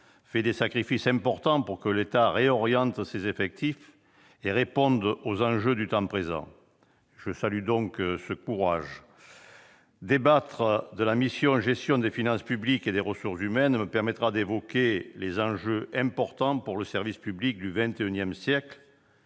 fait des sacrifices importants pour que l'État réoriente ses effectifs et réponde aux enjeux du temps présent ; je salue ce courage. Débattre de la mission « Gestion des finances publiques et des ressources humaines » me permettra d'évoquer les enjeux importants pour le service public du XXI siècle,